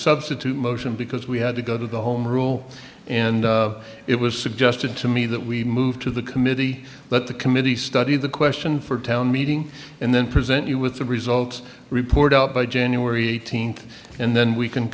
substitute motion because we had to go to the home rule and it was suggested to me that we move to the committee let the committee study the question for town meeting and then present you with the results report up by january eighteenth and then we can